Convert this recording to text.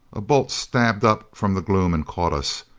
a bolt stabbed up from the gloom and caught us.